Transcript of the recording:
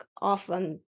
often